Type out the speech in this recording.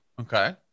Okay